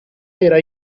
era